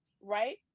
right